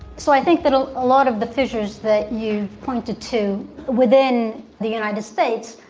so, i think that a lot of the fissures that you've pointed to within the united states,